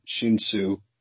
Shinsu